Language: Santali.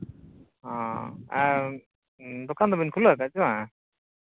ᱦᱮᱸ ᱟᱨ ᱫᱚᱠᱟᱱ ᱫᱚᱵᱤᱱ ᱠᱷᱩᱞᱟᱹᱣ ᱠᱟᱜᱼᱟ ᱥᱮ ᱵᱟᱝ